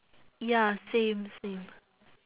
ya same same